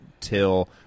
till